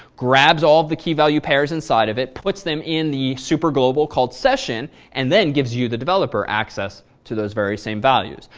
grabs all the key value pairs inside of it, puts them in the superglobal called session, and then gives you the developer access to those very same values.